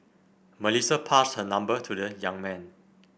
Melissa passed her number to the young man